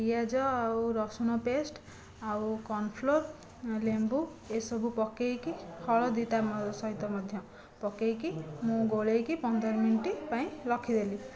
ଆଉ ପିଆଜ ଆଉ ରସୁଣ ପେସ୍ଟ ଆଉ କର୍ନଫ୍ଲୋର ଲେମ୍ବୁ ଏସବୁ ପକେଇକି ହଳଦୀ ତା ସହିତ ମଧ୍ୟ ପକେଇକି ମୁଁ ଗୋଳେଇକି ପନ୍ଦର ମିନିଟ ପାଇଁ ରଖିଦେଲି